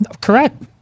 Correct